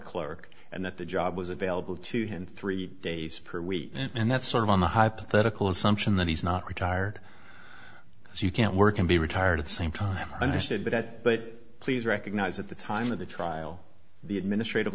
clerk and that the job was available to him three days per week and that's sort of on the hypothetical assumption that he's not retired so you can't work and be retired at the same time i understood that but please recognize at the time of the trial the administrative